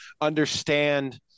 understand